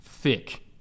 thick